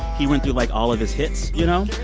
he went through, like, all of his hits, you know?